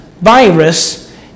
virus